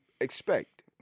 expect